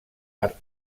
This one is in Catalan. art